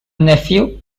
nephew